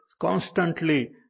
constantly